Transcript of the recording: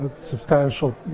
substantial